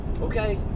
okay